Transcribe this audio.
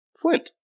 Flint